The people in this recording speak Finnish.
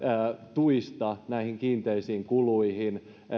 tuista näihin kiinteisiin kuluihin